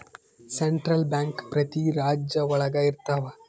central bank ಪ್ರತಿ ರಾಜ್ಯ ಒಳಗ ಇರ್ತವ